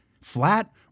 flat